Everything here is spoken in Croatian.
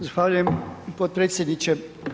Zahvaljujem potpredsjedniče.